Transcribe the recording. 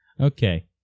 okay